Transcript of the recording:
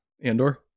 Andor